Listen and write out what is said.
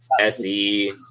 SE